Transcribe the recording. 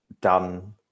done